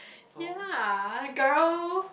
ya girl